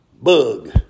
Bug